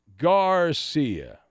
Garcia